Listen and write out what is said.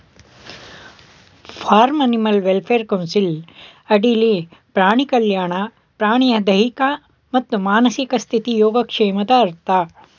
form animal welfare council ಅಡಿಲಿ ಪ್ರಾಣಿ ಕಲ್ಯಾಣ ಪ್ರಾಣಿಯ ದೈಹಿಕ ಮತ್ತು ಮಾನಸಿಕ ಸ್ಥಿತಿ ಯೋಗಕ್ಷೇಮದ ಅರ್ಥ